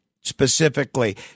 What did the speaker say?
specifically